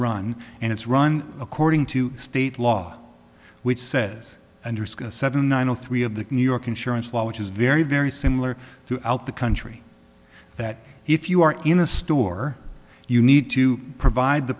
run and it's run according to state law which says and risk a seven nine zero three of the new york insurance law which is very very similar throughout the country that if you are in a store you need to provide the